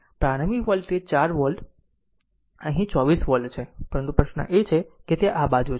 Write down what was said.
પ્રારંભિક voltage 4 volt અહીં 24 volt છે પરંતુ આ એક પ્રશ્ન છે તે બાજુ છે